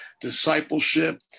discipleship